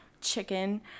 Chicken